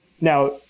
now